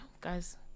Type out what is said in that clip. Guys